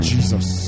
Jesus